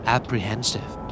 Apprehensive